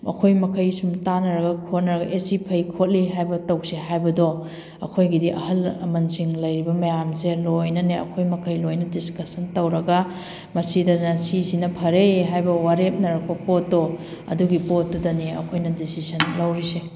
ꯃꯈꯣꯏ ꯃꯈꯩ ꯁꯨꯝ ꯇꯥꯟꯅꯔꯒ ꯈꯣꯠꯅꯔꯒ ꯑꯦ ꯁꯤ ꯐꯩ ꯈꯣꯠꯂꯤ ꯍꯥꯏꯕ ꯇꯧꯁꯦ ꯍꯥꯏꯕꯗꯣ ꯑꯩꯈꯣꯏꯒꯤꯗꯤ ꯑꯍꯜ ꯂꯃꯟꯁꯤꯡ ꯂꯩꯔꯤꯕ ꯃꯌꯥꯝꯁꯦ ꯂꯣꯏꯅꯅꯦ ꯑꯩꯈꯣꯏ ꯃꯈꯩ ꯂꯣꯏꯅ ꯗꯤꯁꯀꯁꯁꯟ ꯇꯧꯔꯒ ꯃꯁꯤꯗꯅ ꯁꯤꯁꯤꯅ ꯐꯔꯦ ꯍꯥꯏꯕ ꯋꯥꯔꯦꯞꯅꯔꯛꯄ ꯄꯣꯠꯇꯣ ꯑꯗꯨꯒꯤ ꯄꯣꯠꯇꯨꯗꯅꯤ ꯑꯩꯈꯣꯏꯅ ꯗꯤꯁꯤꯁꯟ ꯂꯧꯔꯤꯁꯦ